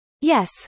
Yes